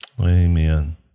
Amen